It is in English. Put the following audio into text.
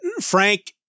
Frank